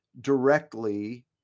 directly